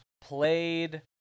played